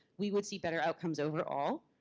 we would see better outcomes overall.